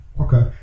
Okay